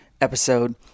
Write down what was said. episode